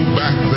back